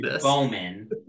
Bowman